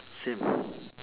same